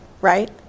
right